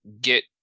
get